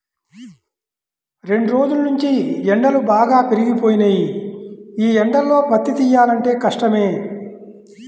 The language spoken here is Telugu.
రెండ్రోజుల్నుంచీ ఎండలు బాగా పెరిగిపోయినియ్యి, యీ ఎండల్లో పత్తి తియ్యాలంటే కష్టమే